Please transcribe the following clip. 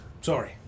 Sorry